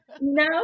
No